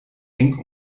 eng